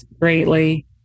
greatly